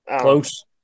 close